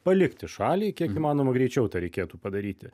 palikti šalį kiek įmanoma greičiau tą reikėtų padaryti